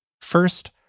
First